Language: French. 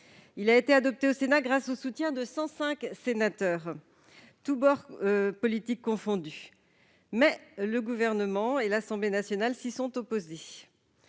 Il a été adopté au Sénat grâce au soutien de cent cinq sénateurs, toutes tendances politiques confondues, mais le Gouvernement et l'Assemblée nationale s'y sont opposés.